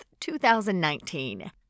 2019